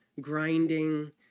grinding